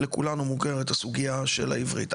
לכולנו מוכרת הסוגייה של העברית.